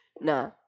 Nah